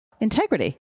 Integrity